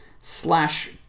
slash